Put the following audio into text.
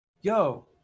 Yo